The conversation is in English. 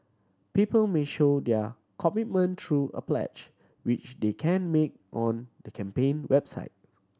people may show their commitment through a pledge which they can make on the campaign website